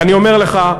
ואני אומר לך,